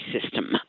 system